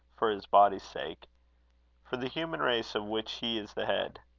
for his body's sake for the human race, of which he is the head.